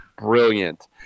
brilliant